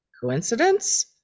Coincidence